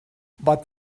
but